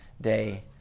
day